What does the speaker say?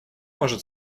может